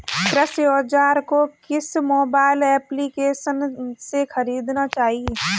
कृषि औज़ार को किस मोबाइल एप्पलीकेशन से ख़रीदना चाहिए?